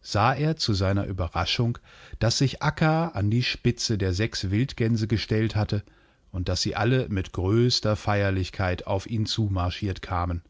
sah er zu seiner überraschung daß sich akka an die spitze der sechs wildgänse gestellt hatte und daß sie alle mit größter feierlichkeit auf ihn zumarschiert kamen